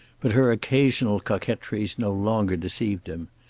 but her occasional coquetries no longer deceived him.